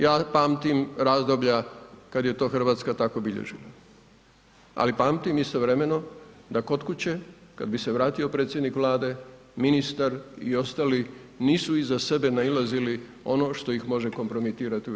Ja pamtim razdoblja kada je to Hrvatska tako bilježila, ali pamtim istovremeno da kod kuće kada bi se vratio predsjednik Vlade, ministar i ostali nisu iza sebe nailazili ono što ih može kompromitirati u EU.